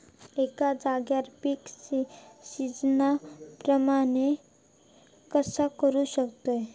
एका जाग्यार पीक सिजना प्रमाणे कसा करुक शकतय?